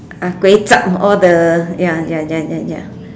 ah kway-zhap all the ya ya ya ya ya